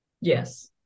yes